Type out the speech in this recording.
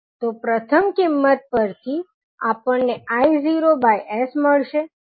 તો પ્રથમ કિંમત પરથી આપણને i0s મળશે